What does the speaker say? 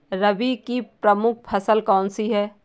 रबी की प्रमुख फसल कौन सी है?